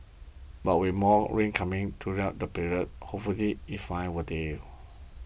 but with more rain coming during that period hopefully if fires will the